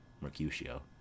Mercutio